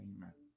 Amen